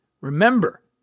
Remember